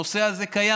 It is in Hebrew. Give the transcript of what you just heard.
הנושא הזה קיים,